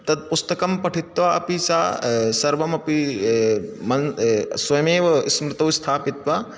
तत्पुस्तकं पठित्वा अपि सः सर्वमपि मन् स्वमेव स्मृतौ स्थापित्वा